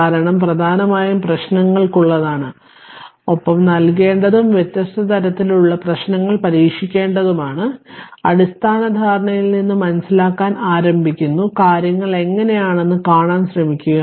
കാരണം പ്രധാനമായും പ്രശ്നങ്ങൾക്കുള്ളതാണ് ഒപ്പം നൽകേണ്ടതും വ്യത്യസ്ത തരത്തിലുള്ള പ്രശ്നങ്ങൾ പരീക്ഷിക്കേണ്ടതുമാണ് അടിസ്ഥാന ധാരണയിൽ നിന്ന് മനസ്സിലാക്കൽ ആരംഭിക്കുന്നു കാര്യങ്ങൾ എങ്ങനെയെന്ന് കാണാൻ ശ്രമിക്കുക